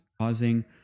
causing